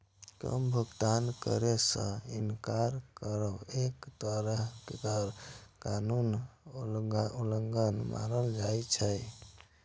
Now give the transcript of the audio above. कर भुगतान करै सं इनकार करब एक तरहें कर कानूनक उल्लंघन मानल जाइ छै